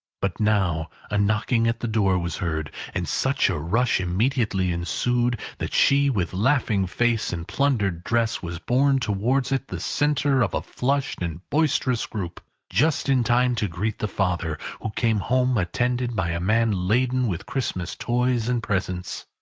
but now a knocking at the door was heard, and such a rush immediately ensued that she with laughing face and plundered dress was borne towards it the centre of a flushed and boisterous group, just in time to greet the father, who came home attended by a man laden with christmas toys and presents.